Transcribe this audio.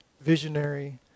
visionary